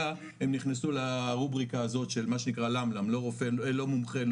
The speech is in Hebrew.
הם נכנסו לרובריקה הזאת של למל"מ לא מומחה,